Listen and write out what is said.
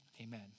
Amen